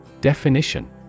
Definition